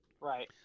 Right